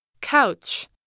Couch